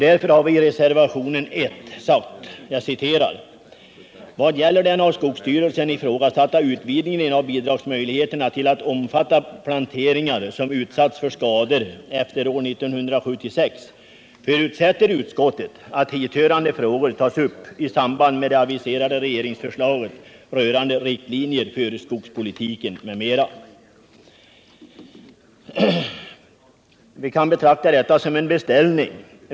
Därför har vi i reservationen 1 anfört: ”Vad gäller den av skogsstyrelsen ifrågasatta utvidgningen av bidragsmöjligheterna till att omfatta planteringar som utsatts för skador efter år 1976 förutsätter utskottet att hithörande frågor tas upp i samband med det aviserade regeringsförslaget rörande riktlinjer för skogspolitiken, m.m.” Vi kan betrakta detta uttalande som en beställning.